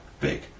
big